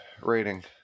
rating